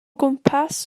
gwmpas